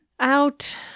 Out